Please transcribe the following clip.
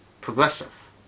progressive